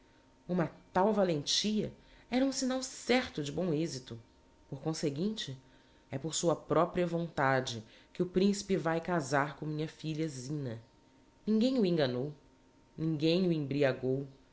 uma tal valentia era um signal certo de bom exito por conseguinte é por sua propria vontade que o principe vae casar com minha filha zina ninguem o enganou ninguem o embriagou